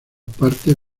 partes